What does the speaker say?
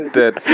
dead